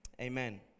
amen